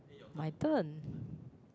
my turn